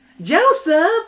Joseph